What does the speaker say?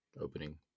opening